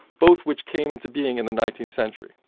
both which came into being in the nineteenth century.